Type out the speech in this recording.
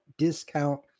Discount